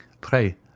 pray